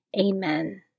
Amen